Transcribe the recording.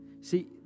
See